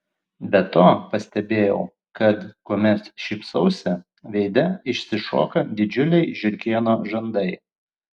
be to pastebėjau kad kuomet šypsausi veide išsišoka didžiuliai žiurkėno žandai